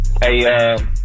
Hey